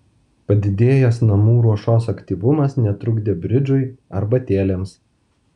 padidėjęs namų ruošos aktyvumas netrukdė bridžui arbatėlėms